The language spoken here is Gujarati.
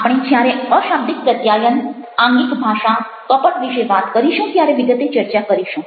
આપણે જ્યારે અશાબ્દિક પ્રત્યાયન આંગિક ભાષા કપટ વિશે વાત કરીશું ત્યારે વિગતે ચર્ચા કરીશું